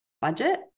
budget